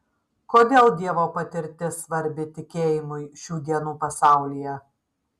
kodėl dievo patirtis svarbi tikėjimui šių dienų pasaulyje